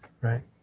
right